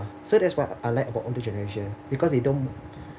so that's what I like about older generation because they don't